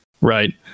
right